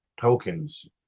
tokens